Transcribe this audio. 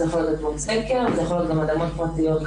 יכולות להיות אדמות סקר ויכולות כמובן להיות גם אדמות פרטיות.